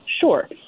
Sure